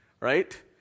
right